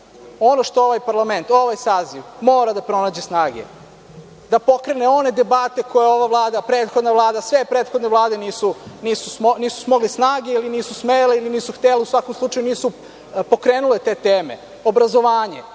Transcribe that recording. što ovaj parlament, ovaj saziv mora da pronađe snage, da pokrene one debate koje je ova Vlada, prethodna vlada, sve prethodne vlade nisu smogle snage ili nisu smele ili nisu htele, u svakom slučaju, nisu pokrenule te teme: obrazovanje,